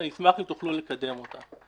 שאשמח אם תוכלו לקדם אותה.